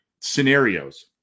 scenarios